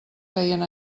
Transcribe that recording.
feien